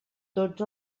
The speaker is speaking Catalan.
tots